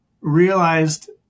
realized